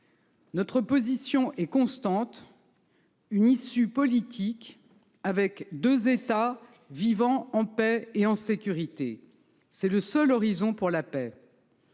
Notre position est constante : une issue politique avec deux États vivant en paix et en sécurité. C’est le seul horizon pour la paix.